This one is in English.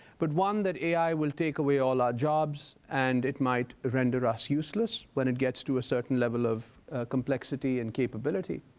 but one, that ai will take away all our jobs and it might render us useless when it gets to a certain level of complexity and capability.